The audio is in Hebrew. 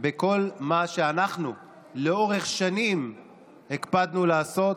בכל מה שאנחנו לאורך שנים הקפדנו לעשות,